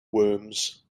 worms